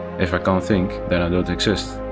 if i can't think, then i don't exist.